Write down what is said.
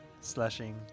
slashing